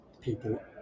people